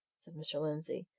mr. lindsey.